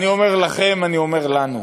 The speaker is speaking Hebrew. אני אומר לכם, אני אומר לנו,